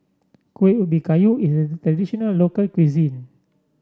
Kuih Ubi Kayu is a traditional local cuisine